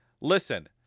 Listen